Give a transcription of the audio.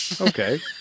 Okay